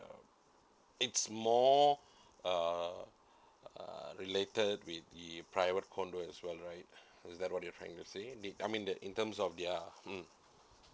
it's more uh uh related with the private condo as well right is that what you're trying to say I mean the in terms of their hmm